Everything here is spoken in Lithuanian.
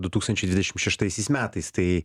du tūkstančiai dvidešim šeštaisiais metais tai